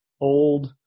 old